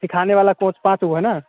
सिखाने वाला कोच पाँच हुआ ना